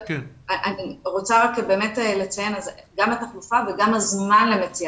אני רוצה לציין את התחלופה וגם את הזמן שלוקח למצוא